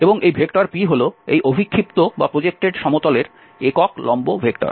এবং এই p হল এই অভিক্ষিপ্ত সমতলের একক লম্ব ভেক্টর